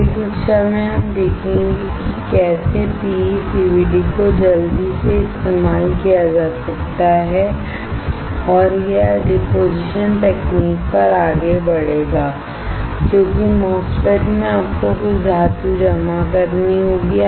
अगली कक्षा में जल्दी से हम देखेंगे कि कैसे PECVD को इस्तेमाल किया जा सकता है और वह डिपोजिशन तकनीक पर आगे बढ़ेगी क्योंकि MOSFET में आपको कुछ धातु जमा करनी होगी